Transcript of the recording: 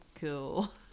cool